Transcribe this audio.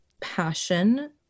passion